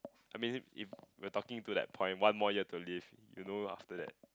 I mean if we're talking to that point one more year to live you know after that